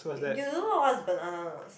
you you don't know what was banana notes